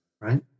Right